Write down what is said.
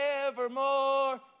Evermore